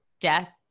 death